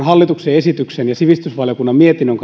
hallituksen esityksen ja sivistysvaliokunnan mietinnön